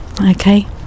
Okay